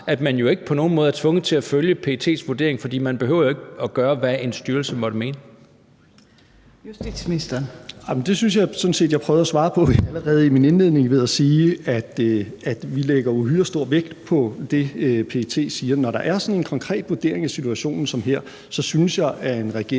at man ikke på nogen måde er tvunget til at følge PET's vurdering, for man behøver jo ikke at gøre, hvad en styrelse måtte mene? Kl. 15:36 Fjerde næstformand (Trine Torp): Justitsministeren. Kl. 15:36 Justitsministeren (Nick Hækkerup): Det synes jeg sådan set jeg prøvede at svare på allerede i min indledning ved at sige, at vi lægger uhyre stor vægt på det, PET siger. Når der er en konkret vurdering af situationen som her, synes jeg, at en regering